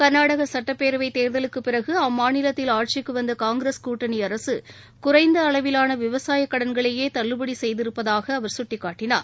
கர்நாடக சுட்டப்பேரவை தேர்தலுக்குப் பிறகு அம்மாநிலத்தில் ஆட்சிக்கு வந்த காங்கிரஸ் கூட்டணி அரசு குறைந்த அளவிலான விவசாயக் கடன்களையே தள்ளுபடி செய்திருப்பதாக அவர் கட்டிக்காட்டினார்